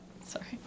Sorry